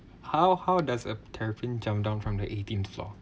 how how does a terrapin jumped down from the eighteenth floor